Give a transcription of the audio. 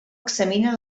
examina